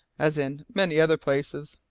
as in many other places.